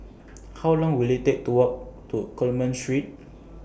How Long Will IT Take to Walk to Coleman Street